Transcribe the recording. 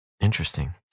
Interesting